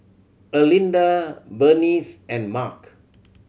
Erlinda Berenice and Mark